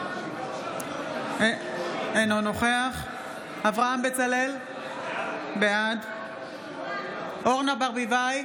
אינו נוכח אברהם בצלאל, בעד אורנה ברביבאי,